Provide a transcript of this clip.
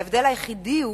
ההבדל היחידי הוא,